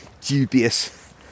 dubious